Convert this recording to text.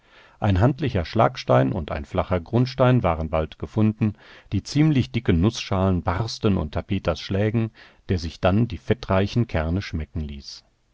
ein handlicher schlagstein und ein flacher grundstein waren bald gefunden die ziemlich dicken nußschalen barsten unter peters schlägen der sich dann die fettreichen kerne schmecken ließ